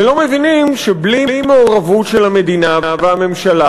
ולא מבינים שבלי מעורבות של המדינה והממשלה